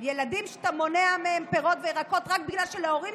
ילדים שאתה מונע מהם פירות וירקות רק בגלל שלהורים